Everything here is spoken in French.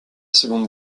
seconde